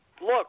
look